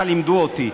ככה לימדו אותי.